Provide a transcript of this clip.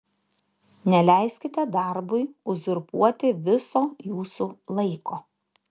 neleiskite darbui uzurpuoti viso jūsų laiko